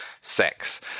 sex